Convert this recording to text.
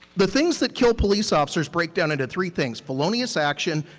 the things that kill police officers break down into three things, felonious action,